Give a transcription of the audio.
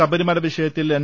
ശബരിമല് വിഷയത്തിൽ എൻ